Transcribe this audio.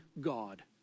God